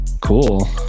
Cool